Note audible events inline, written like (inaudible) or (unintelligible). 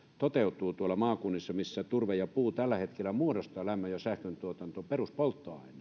toteutuu tuolla maakunnissa missä turve ja puu tällä hetkellä muodostavat lämmön ja sähkön tuotantoon peruspolttoaineet (unintelligible)